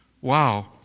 Wow